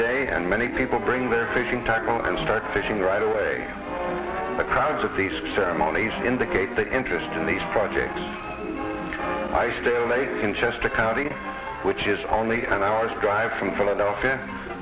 day and many people bring their fishing tackle and start fishing right away accounts of these ceremonies indicate the interest in these projects i still make in chester county which is only an hour's drive from philadelphia